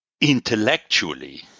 intellectually